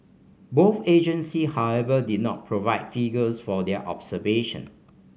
both agency however did not provide figures for their observation